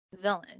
villain